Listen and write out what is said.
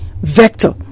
vector